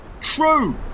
True